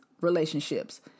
relationships